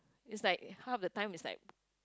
is like half the time is like